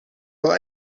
will